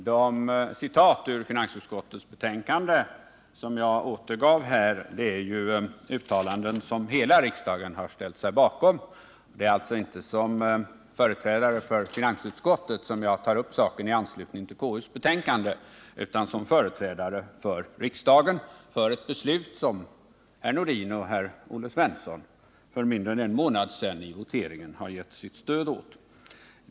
Herr talman! De citat ur finansutskottets betänkande som jag återgav är uttalanden som hela riksdagen har ställt sig bakom. Det är alltså inte som företrädare för finansutskottet som jag tar upp saken i anslutning till konstitutionsutskottets betänkande utan som företrädare för riksdagen, för ett beslut som herr Nordin och herr Olle Svensson för mindre än en månad sedan i voteringen har givit sitt stöd åt.